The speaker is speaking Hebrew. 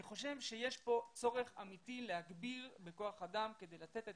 אני חושב שיש כאן צורך אמיתי להגביר בכוח אדם כדי לתת את